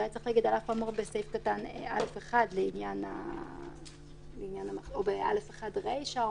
היה צריך להגיד: על אף האמור בסעיף קטן (א)(1) או ב-(א)(1) רישה,